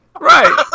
Right